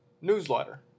newsletter